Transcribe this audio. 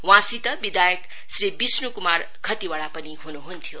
वहाँसित विधायक श्री विष्णु कुमार खतिवड़ा पनि हुनुहुन्थ्यो